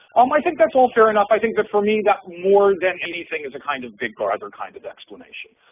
um i think that's all fair enough. i think that for me that more than anything is a kind of big brother kind of explanation,